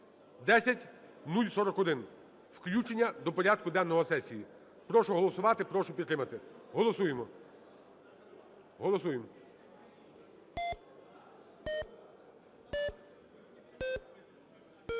(10041). Включення до порядку денного сесії. Прошу голосувати, прошу підтримати. Голосуємо, голосуємо.